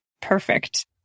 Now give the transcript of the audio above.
perfect